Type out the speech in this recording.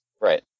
right